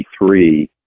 1993